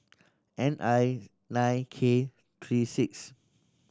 N I nine K three six